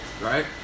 Right